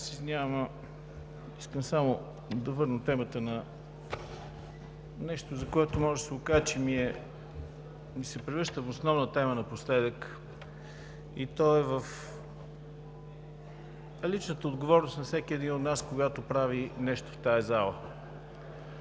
Извинявам се, но искам да върна темата на нещо, което може да се окаже, че ни се превръща в основна тема напоследък, и то е в личната отговорност на всеки един от нас, когато прави нещо в тази зала.